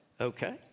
Okay